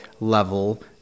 level